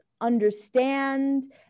understand